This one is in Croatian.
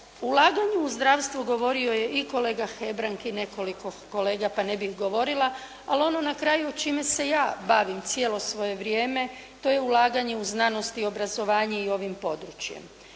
ulaganju u zdravstvu govorio je i kolega Hebrang i nekoliko kolega pa ne bih govorila, ali ono na kraju čime se ja bavim cijelo svoje vrijeme, to je ulaganje u znanost i obrazovanje i ovim područjem.